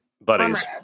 Buddies